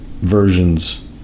versions